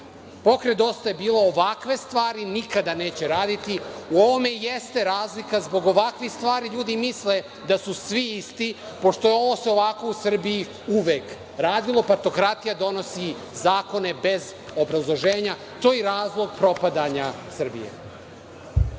Pokret „Dosta je bilo“ ovakve stvari nikada neće raditi. U ovome i jeste razlika, zbog ovakvih stvari ljudi misle da su svi isti, pošto se ovako u Srbiji uvek radilo. Partokratija donosi zakone bez obrazloženja, to je i razlog propadanja Srbije.